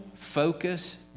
focus